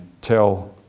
tell